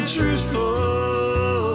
truthful